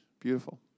Beautiful